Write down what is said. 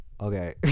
okay